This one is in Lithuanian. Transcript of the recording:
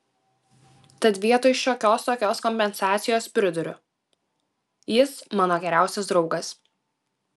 tad vietoj šiokios tokios kompensacijos priduriu jis mano geriausias draugas